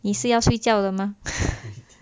你是要睡觉了吗